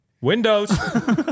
windows